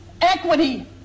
equity